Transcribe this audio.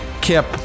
Kip